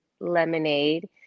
lemonade